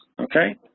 okay